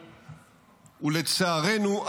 ולצערנו,